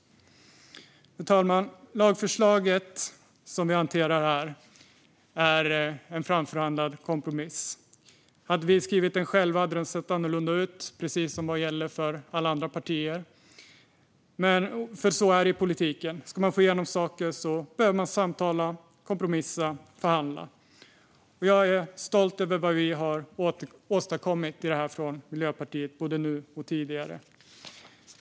Fru talman! Det lagförslag som vi hanterar här är en framförhandlad kompromiss. Hade vi skrivit det själva hade det sett annorlunda ut. Det gäller även andra partier. Så är det i politiken. Ska man få igenom saker behöver man samtala, kompromissa, förhandla. Jag är stolt över vad Miljöpartiet har åstadkommit i det här, både nu och tidigare.